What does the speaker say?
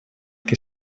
que